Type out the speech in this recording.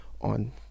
on